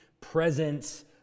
presence